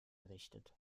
errichtet